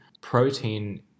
protein